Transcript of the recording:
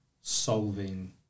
solving